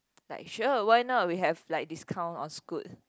like sure why not we have like discount on Scoot